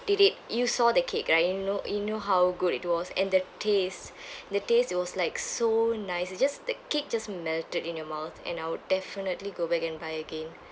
did it you saw the cake right you know you know how good it was and the taste and the taste it was like so nice it just the cake just melted in your mouth and I would definitely go back and buy again